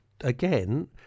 again